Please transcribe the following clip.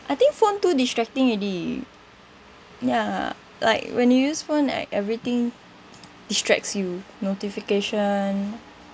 I think phone too distracting already ya like when you use phone like everything distracts you notification